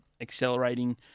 accelerating